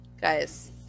guys